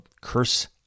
curse